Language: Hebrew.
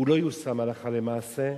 הוא לא יושם הלכה למעשה,